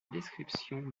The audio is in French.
description